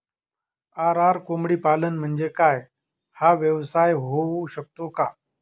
RR कोंबडीपालन म्हणजे काय? हा व्यवसाय होऊ शकतो का?